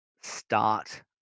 start